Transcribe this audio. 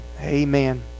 Amen